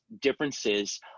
differences